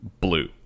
blue